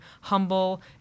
humble